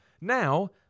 Now